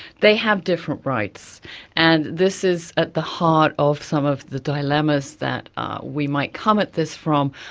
they have different rights. and this is at the heart of some of the dilemmas that we might come at this from,